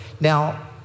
now